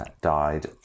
died